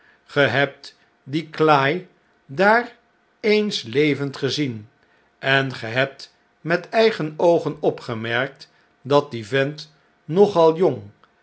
gehebtdien cly daar eens levend gezien en ge hebt met eigen oogen opgemerkt dat die vent nogal jong